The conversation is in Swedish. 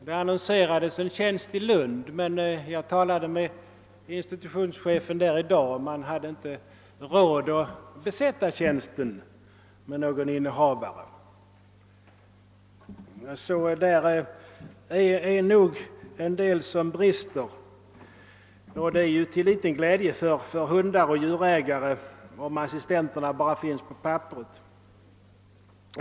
Det har annonserats om en sådan tjänst i Lund, men jag fick vid ett samtal med institutionschefen där i dag det beskedet att man inte hade råd att besätta tjänsten. Det brister alltså en del i detta avseende. Det är ju till liten glädje både för hundar och för djurägare om assistenten bara finns på papperet.